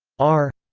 r,